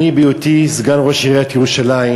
אני, בהיותי סגן ראש עיריית ירושלים,